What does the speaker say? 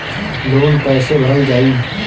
Loan कैसे भरल जाइ?